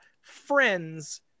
friends